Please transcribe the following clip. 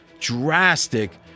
drastic